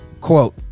quote